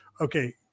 okay